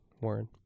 Warren